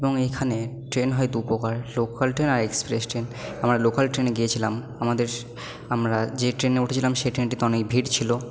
এবং এইখানে ট্রেন হয় দু প্রকার লোকাল ট্রেন আর এক্সপ্রেস ট্রেন আমরা লোকাল ট্রেনে গিয়েছিলাম আমাদের আমরা যে ট্রেনে উঠেছিলাম সেই ট্রেনটিতে অনেক ভিড় ছিলো